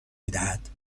میدهد